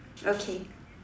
okay